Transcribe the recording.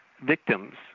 victims